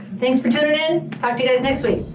thanks for tuning in, talk to you guys next week.